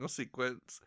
sequence